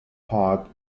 part